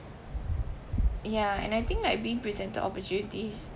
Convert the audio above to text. ya and I think like being presented opportunities